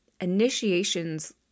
initiations